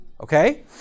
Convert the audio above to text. Okay